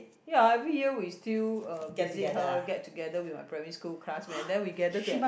ya every year we still uh visit her get together with my primary school classmate and then we gather to have